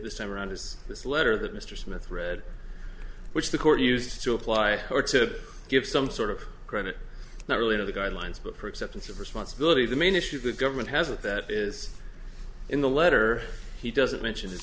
this time around has this letter that mr smith read which the court used to apply or to give some sort of credit not really to the guidelines but perceptions of responsibility the main issue the government has it that is in the letter he doesn't mention